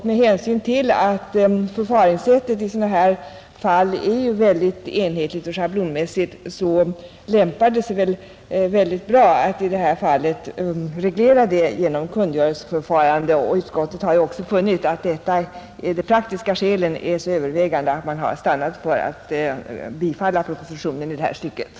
Med hänsyn till att förfaringssättet i sådana här fall ju är synnerligen enhetligt och schablonmässigt så lämpar det sig mycket bra att i detta fall reglera det genom kungörelseförfarande. Utskottet har också funnit att de praktiska skälen är övervägande och har stannat för att tillstyrka propositionen i den delen.